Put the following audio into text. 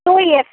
oh yes